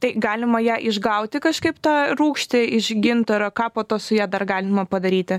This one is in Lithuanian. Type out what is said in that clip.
tai galima ją išgauti kažkaip tą rūgštį iš gintaro ką po to su ja dar galima padaryti